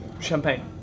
champagne